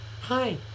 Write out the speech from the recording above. Hi